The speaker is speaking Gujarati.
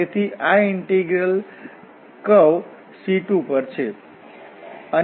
તેથી આ ઇન્ટીગ્રલ કર્વ C2 પર છે